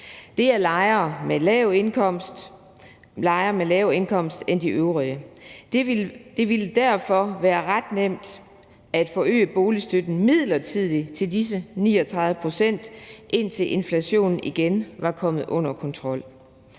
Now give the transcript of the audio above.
Det er lejere med lavere indkomst end de øvrige. Det ville derfor være ret nemt at forøge boligstøtten midlertidigt til disse 39 pct., indtil inflationen igen var kommet under kontrol.